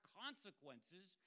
consequences